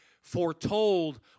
foretold